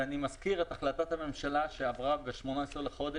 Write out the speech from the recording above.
ואני מסביר את החלטת הממשלה שעברה ב-18 באוקטובר,